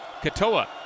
Katoa